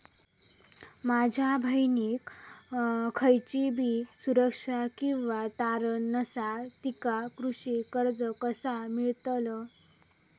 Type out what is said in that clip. माझ्या बहिणीक खयचीबी सुरक्षा किंवा तारण नसा तिका कृषी कर्ज कसा मेळतल?